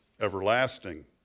everlasting